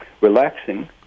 relaxing